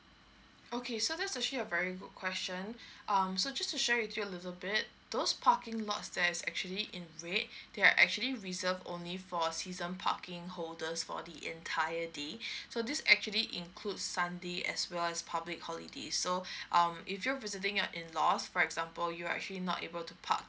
okay so that's actually a very good question um so just to share with you a little bit those parking lots there's actually in red they are actually reserved only for a season parking holders for the entire day so this actually include sunday as well as public holiday so um if you visiting your in laws for example you are actually not able to park